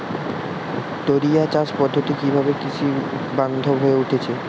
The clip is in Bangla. টোরিয়া চাষ পদ্ধতি কিভাবে কৃষকবান্ধব হয়ে উঠেছে?